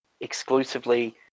exclusively